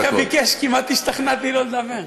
זחאלקה ביקש, כמעט השתכנעתי שלא לדבר,